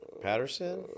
Patterson